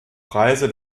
preise